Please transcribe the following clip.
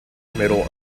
middle